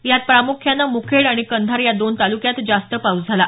यात प्रामुख्याने मुखेड आणि कंधार या दोन तालुक्यात जास्त पाऊस झाला